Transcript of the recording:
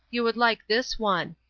you would like this one.